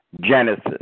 Genesis